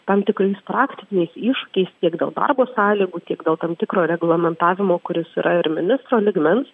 tam tikrais praktiniais iššūkiais tiek dėl darbo sąlygų tiek dėl tam tikro reglamentavimo kuris yra ir ministro lygmens